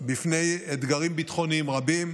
בפני אתגרים ביטחוניים רבים.